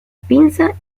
pinza